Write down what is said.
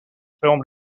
filmed